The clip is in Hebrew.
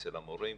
אצל המורים?